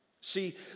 See